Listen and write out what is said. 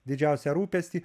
didžiausią rūpestį